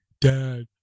Dad